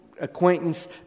acquaintance